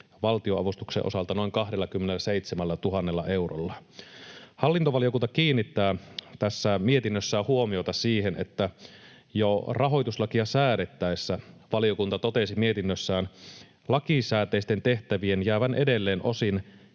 valtionavustuksen osalta noin 27 000 eurolla. Hallintovaliokunta kiinnittää tässä mietinnössään huomiota siihen, että jo rahoituslakia säädettäessä valiokunta totesi mietinnössään lakisääteisten tehtävien jäävän edelleen osin